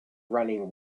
running